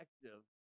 effective